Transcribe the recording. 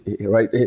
right